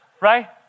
Right